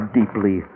deeply